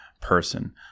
person